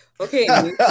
okay